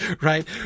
Right